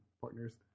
partners